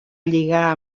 lligar